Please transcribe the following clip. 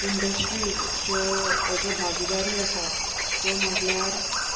industries ज्यो हे ज्यो भागीदारी आसा त्यो म्हटल्यार